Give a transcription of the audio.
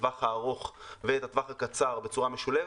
הטווח הארוך ואת הטווח הקצר בצורה משולבת,